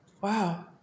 Wow